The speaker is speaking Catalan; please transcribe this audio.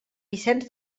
vicenç